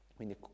Quindi